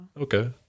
Okay